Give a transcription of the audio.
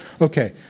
Okay